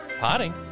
potting